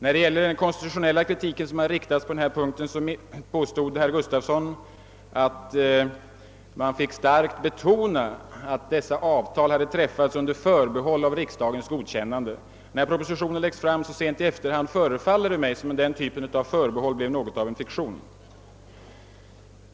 Beträffande den konstitutionella kritik som framförts påstår herr Gustafsson att man starkt får betona att dessa avtal träffats under förbehåll av riksdagens godkännande. Eftersom propositionen framlagts så sent förefaller det mig som om den typen av förbehåll blir något av en fiktion.